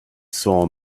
saw